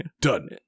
Done